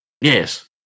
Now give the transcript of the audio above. Yes